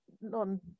non